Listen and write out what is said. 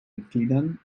mitgliedern